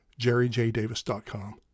jerryjdavis.com